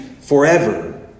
forever